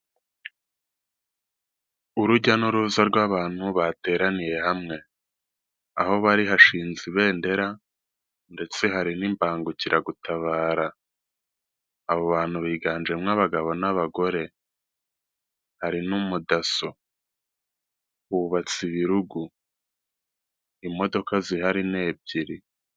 Urujya n'uruza rw'abantu bateraniye hamwe. Aho bari hashinze ibendera, ndetse hari n'imbangukiragutabara. Abo bantu biganjemo abagabo n'abagore. Hari n'umudaso bubatse ibirugu. Imodoka zihari ni ebyiri.